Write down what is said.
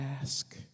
ask